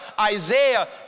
Isaiah